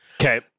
Okay